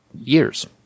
years